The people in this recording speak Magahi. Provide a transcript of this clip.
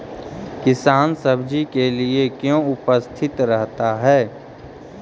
किसान सब्जी के लिए क्यों उपस्थित रहता है?